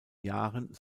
jahren